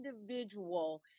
individual